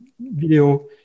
video